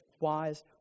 Wise